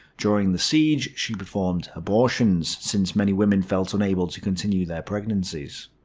during the siege, she performed abortions, since many women felt unable to continue their pregnancies.